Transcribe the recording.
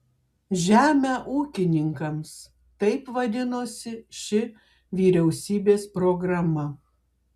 žemę ūkininkams taip vadinosi ši vyriausybės programa